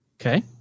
okay